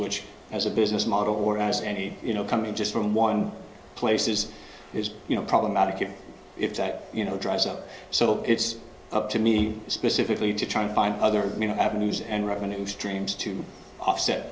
which as a business model or as andy you know coming just from one places is you know problematic if you know dries up so it's up to me specifically to try to find other avenues and revenue streams to offset